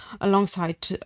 alongside